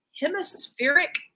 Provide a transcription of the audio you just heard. hemispheric